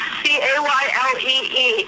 c-a-y-l-e-e